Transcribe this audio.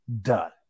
done